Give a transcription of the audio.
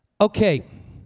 Okay